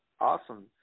awesome